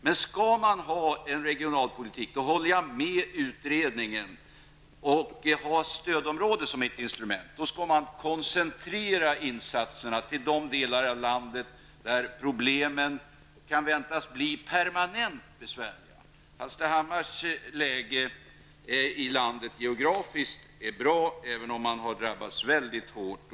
Men om man skall ha en regionalpolitik och ha stödområden som ett instrument håller jag med utredningen om att man skall koncentrera insatserna till de delar av landet där problemen kan väntas bli permanent besvärliga. Hallstahammars läge geografiskt i landet är bra även om man där har drabbats mycket hårt.